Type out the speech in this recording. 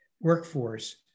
workforce